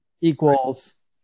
equals